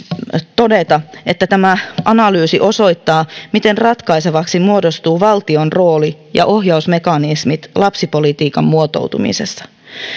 todeta että tämä analyysi osoittaa miten ratkaisevaksi muodostuu valtion rooli ja ohjausmekanismit lapsipolitiikan muotoutumisessa